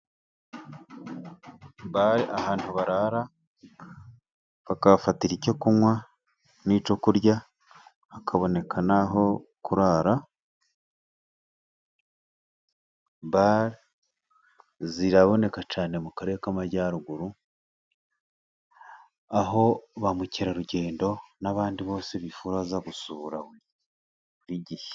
Bare ahantu barara, bakahafatira icyo kunywa nicyo kurya, hakaboneka naho kurara. Bare ziraboneka cyane mu karere k'amajyaruguru, aho ba mukerarugendo nabandi bose bifuza gusura buri gihe.